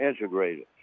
integrated